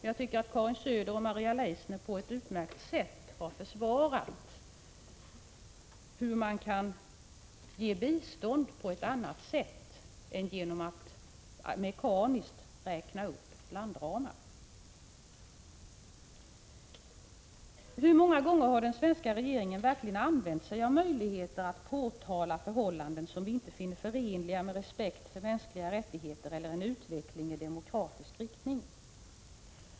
Jag tycker att Karin Söder och Maria Leissner på ett utmärkt sätt har förklarat hur man kan ge bistånd på annat sätt än genom att mekaniskt räkna upp landramar. Hur många gånger har den svenska regeringen verkligen använt sig av möjligheten att påtala förhållanden som vi inte finner förenliga med respekt för mänskliga rättigheter eller en utveckling i demokratisk riktning?